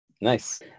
nice